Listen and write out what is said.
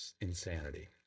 insanity